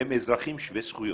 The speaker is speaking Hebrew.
הם אזרחים שווי זכויות.